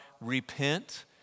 repent